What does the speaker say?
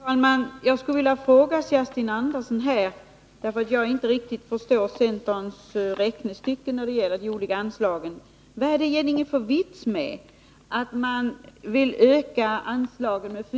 Herr talman! Jag skulle vilja fråga Kerstin Andersson, eftersom jag inte riktigt förstår centerns räknestycke när det gäller de olika anslagen: Vad är det egentligen för vits med att vilja öka anslaget